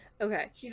Okay